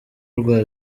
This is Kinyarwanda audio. rwa